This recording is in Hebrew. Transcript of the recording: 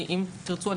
אם תרצו,